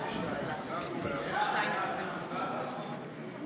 התשע"ו 2015,